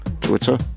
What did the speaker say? Twitter